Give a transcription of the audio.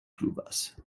pluvas